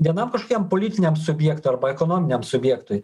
vienam kažkokiam politiniam subjektui arba ekonominiam subjektui